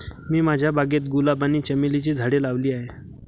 मी माझ्या बागेत गुलाब आणि चमेलीची झाडे लावली आहे